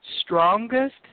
strongest